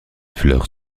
fleurs